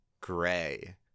gray